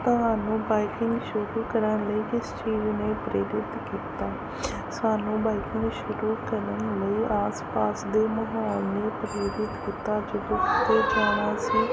ਤੁਹਾਨੂੰ ਬਾਈਕਿੰਗ ਸ਼ੁਰੂ ਕਰਨ ਲਈ ਕਿਸ ਚੀਜ਼ ਨੇ ਪ੍ਰੇਰਿਤ ਕੀਤਾ ਸਾਨੂੰ ਬਾਈਕਿੰਗ ਸ਼ੁਰੂ ਕਰਨ ਲਈ ਆਸ ਪਾਸ ਦੇ ਮਾਹੌਲ ਨੇ ਪ੍ਰੇਰਿਤ ਕੀਤਾ ਜਦੋਂ ਕਿਤੇ ਜਾਣਾ ਸੀ